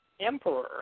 Emperor